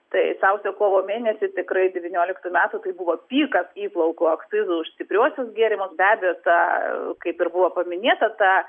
tai sausio kovo mėnesį tikrai devynioliktų metų tai buvo pikas įplaukų akcizų už stipriuosius gėrimus be abejo ta kaip ir buvo paminėta ta